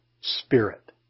spirit